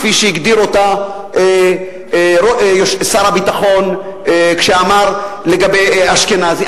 כפי שהגדיר אותה שר הביטחון כשאמר לגבי אשכנזי.